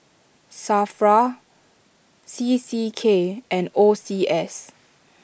Safra C C K and O C S